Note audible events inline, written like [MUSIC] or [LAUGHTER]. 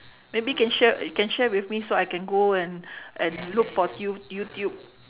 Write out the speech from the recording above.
maybe can sha~ can share with me so I can go and [BREATH] and look for tu~ youtube